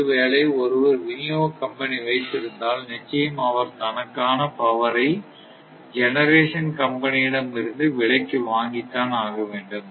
ஒருவேளை ஒருவர் விநியோக கம்பெனி வைத்திருந்தால் நிச்சயம் அவர் தனக்கான பவரை ஜெனரேஷன் கம்பெனியிடம் இருந்து விலைக்கு வாங்கித்தான் ஆகவேண்டும்